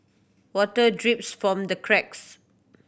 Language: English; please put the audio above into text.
water drips from the cracks